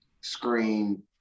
screen